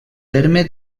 terme